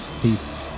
Peace